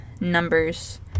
numbers